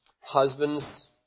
husbands